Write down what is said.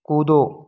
कूदो